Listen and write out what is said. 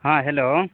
ہاں ہیلو